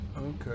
Okay